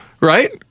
right